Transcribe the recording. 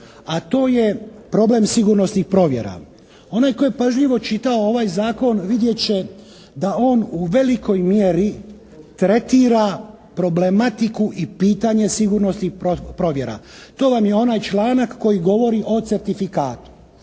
a to je problem sigurnosnih provjera. Onaj tko je pažljivo čitao ovaj zakon vidjet će da on u velikoj mjeri tretira problematiku i pitanje sigurnosnih provjera. To vam je onaj članak koji govori o certifikatu.